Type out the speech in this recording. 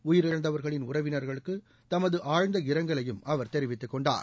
உயிரிழந்தவர்களின் உறவினர்களுக்கு தமது ஆழ்ந்த இரங்கலையும் அவர் தெரிவித்துக்கொண்டார்